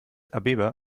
abeba